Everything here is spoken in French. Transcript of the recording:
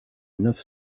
neuf